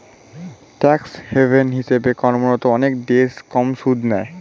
tax haven হিসেবে কর্মরত অনেক দেশ কম সুদ নেয়